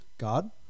God